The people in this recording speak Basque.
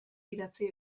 idatzi